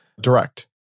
direct